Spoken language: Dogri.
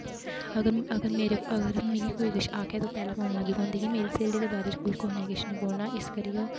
अगर मेरे मिगी कोई किश आखै ते ओह् पैह्लें बोलन लग्गी पौंदी कि मेरी स्हेली दे बारे च कुसै ने किश नेईं बोलना इस करियै ओह्